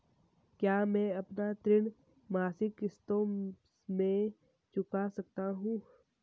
क्या मैं अपना ऋण मासिक किश्तों में चुका सकता हूँ?